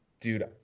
dude